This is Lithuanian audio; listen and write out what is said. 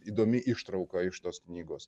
įdomi ištrauka iš tos knygos